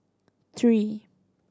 three